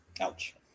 Ouch